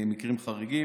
מקרים חריגים.